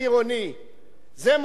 זה מוקד שאתה מתקשר אליו,